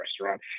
restaurant